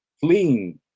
fleeing